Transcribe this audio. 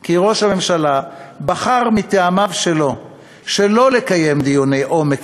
כי ראש הממשלה בחר מטעמיו שלו שלא לקיים דיוני עומק